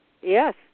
Yes